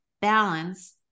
balance